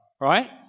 Right